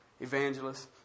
evangelists